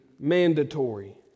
mandatory